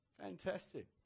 Fantastic